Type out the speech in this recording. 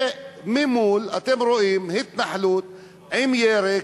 וממול אתם רואים התנחלות עם ירק,